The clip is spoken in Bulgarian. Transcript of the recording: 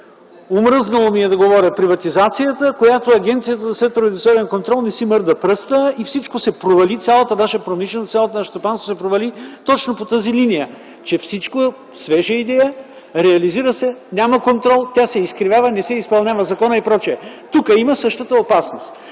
омръзнало ми е да говоря – приватизацията, когато Агенцията за следприватизационен контрол не си мърда пръста и цялата наша промишленост, цялото наше стопанство се провали точно по тази линия. Всяка свежа идея се реализира, няма контрол, тя се изкривява, не се изпълнява законът и пр. – тук има същата опасност.